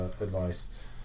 advice